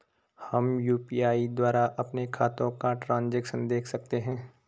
हम यु.पी.आई द्वारा अपने खातों का ट्रैन्ज़ैक्शन देख सकते हैं?